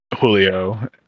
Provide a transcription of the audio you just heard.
Julio